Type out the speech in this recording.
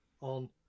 on